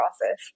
process